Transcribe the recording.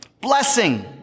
Blessing